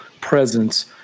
presence